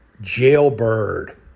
Jailbird